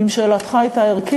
אם שאלתך הייתה ערכית,